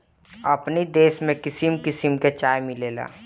अपनी देश में किसिम किसिम के चाय मिलेला